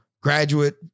graduate